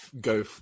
go